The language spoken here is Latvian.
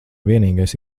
vienīgais